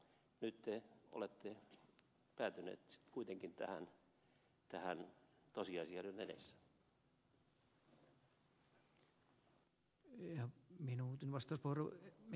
nyt te olette päätynyt kuitenkin tähän tosiasioiden edessä